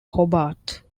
hobart